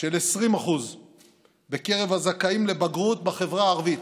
של 20% בקרב הזכאים לבגרות בחברה הערבית.